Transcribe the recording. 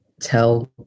tell